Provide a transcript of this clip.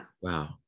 wow